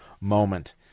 moment